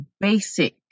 basic